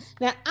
Now